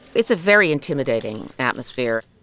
it's a very intimidating atmosphere